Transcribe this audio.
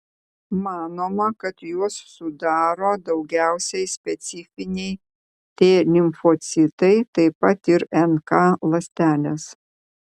manoma kad juos sudaro daugiausiai specifiniai t limfocitai taip pat ir nk ląstelės